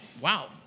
wow